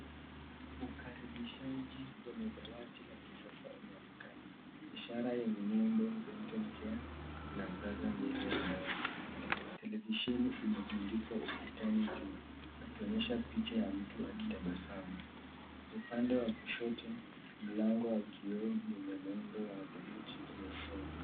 Ukaribishaji kwenye dawati la kisasa umeonekana. Ishara yenye nembo dental care inaangaza mbele ya dawati. Televisheni imetundikwa ukutani juu inatuonya picha ya mtu akitabasamu. Upande wa kushoto mlango wa kioo mwenye muundo wa theluji umefungwa.